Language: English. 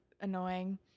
annoying